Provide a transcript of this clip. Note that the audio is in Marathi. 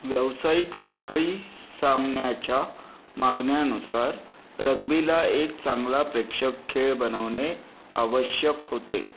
व्यावसायिक साखळी सामन्याच्या मागण्यानुसार रग्बीला एक चांगला प्रेक्षक खेळ बनवणे आवश्यक होते